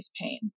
pain